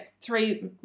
three